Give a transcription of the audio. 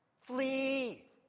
Flee